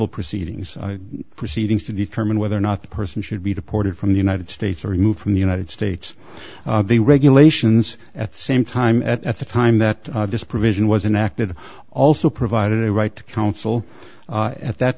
removal proceedings proceedings to determine whether or not the person should be deported from the united states or remove from the united states the regulations at the same time at the time that this provision was enacted also provided a right to counsel at that